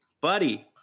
buddy